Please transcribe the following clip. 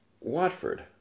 Watford